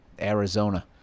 Arizona